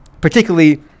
particularly